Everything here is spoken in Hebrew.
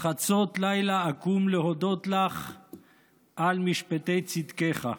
"חצות לילה אקום להודות לך על משפטי צדקך",